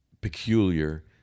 peculiar